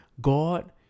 God